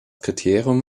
kriterium